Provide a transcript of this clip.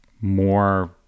more